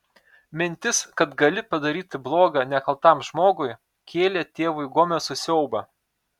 mintis kad gali padaryti bloga nekaltam žmogui kėlė tėvui gomesui siaubą